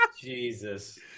Jesus